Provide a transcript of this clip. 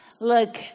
Look